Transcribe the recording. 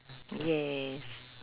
yes